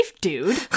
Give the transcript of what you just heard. dude